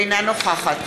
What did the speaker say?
אינה נוכחת